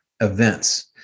events